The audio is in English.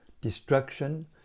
destruction